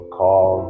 call